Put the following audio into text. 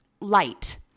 light